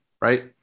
right